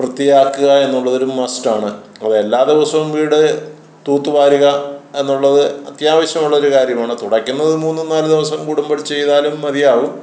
വൃത്തിയാക്കുക എന്നൊള്ളതൊരു മസ്റ്റാണ് അപ്പോള് എല്ലാ ദിവസവും വീട് തൂത്ത് വാരുക എന്നുള്ളത് അത്യാവശ്യമുള്ളൊരു കാര്യമാണ് തുടയ്ക്കുന്നത് മൂന്നും നാലും ദിവസം കൂടുമ്പോള് ചെയ്താലും മതിയാവും